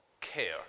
care